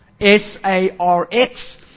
S-A-R-X